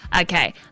okay